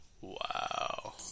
wow